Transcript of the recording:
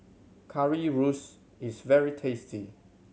is very tasty